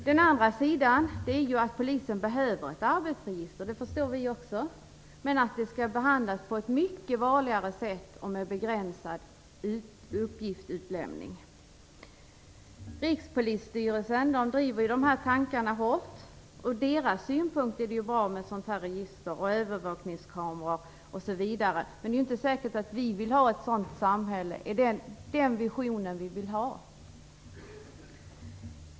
Den andra sidan är att polisen behöver ett arbetsregister. Det förstår vi också. Men det skall behandlas på ett mycket varligare sätt och med begränsad uppgiftsutlämning. Rikspolisstyrelsen driver dessa tankar hårt. Ur dess synpunkt är det bra med ett register och övervakningskameror, osv. Men det är inte säkert att vi vill ha ett sådant samhälle och har en sådan vision.